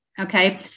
Okay